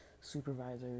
supervisors